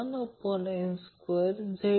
तर संपूर्ण सर्किटचा Q हा 40 आहे